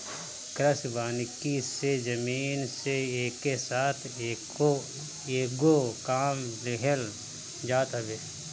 कृषि वानिकी से जमीन से एके साथ कएगो काम लेहल जात हवे